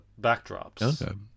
backdrops